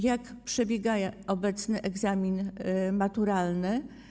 Jak przebiega obecnie egzamin maturalny?